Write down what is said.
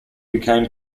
became